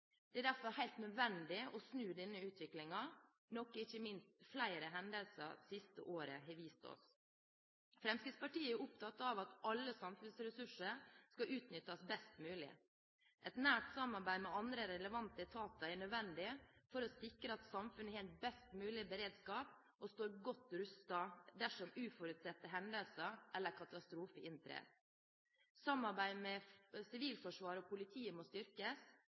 stor grad. Derfor er det helt nødvendig å snu denne utviklingen, noe som ikke minst flere hendelser det siste året har vist oss. Fremskrittspartiet er opptatt av at alle samfunnsressurser skal utnyttes best mulig. Et nært samarbeid med andre relevante etater er nødvendig for å sikre at samfunnet har en best mulig beredskap og står godt rustet dersom uforutsette hendelser eller katastrofer inntreffer. Samarbeidet med Sivilforsvaret og politiet må styrkes,